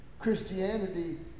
Christianity